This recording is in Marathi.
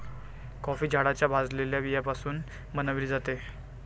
कॉफी झाडाच्या भाजलेल्या बियाण्यापासून बनविली जाते